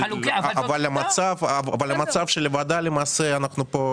אבל לגבי המצב של הוועדה בזה אנחנו מסכימים.